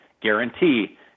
Guarantee